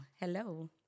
Hello